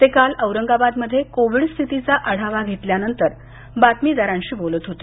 ते काल औरंगाबादमध्ये कोविड स्थितीचा आढावा घेतल्यानंतर बातमीदारांशी बोलत होते